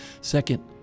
second